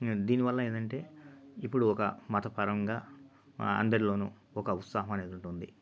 దీనివల్ల ఏందంటే ఇప్పుడు ఒక మత పరంగా అందరిలోనూ ఒక ఉత్సాహం అనేది ఉంటుంది